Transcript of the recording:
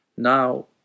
Now